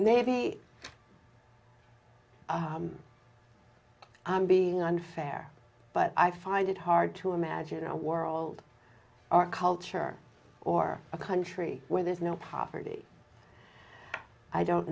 maybe i'm being unfair but i find it hard to imagine a world our culture or a country where there's no poverty i don't